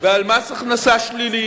ועל מס הכנסה שלילי,